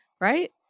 right